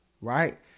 right